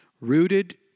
rooted